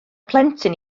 plentyn